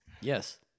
Yes